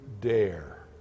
dare